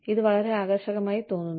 ഇത് വളരെ ആകർഷകമായി തോന്നുന്നു